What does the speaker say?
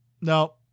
no